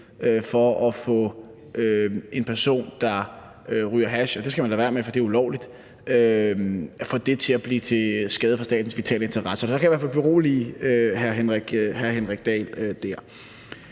få det, at en person ryger hash – det skal man lade være med, for det er ulovligt – til at blive til skade for statens vitale interesser. Så der kan jeg i hvert fald berolige hr. Henrik Dahl.